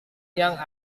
yang